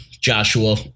Joshua